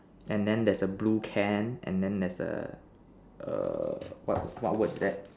and then there's a blue can and then there's a err what what word is that